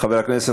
חבר הכנסת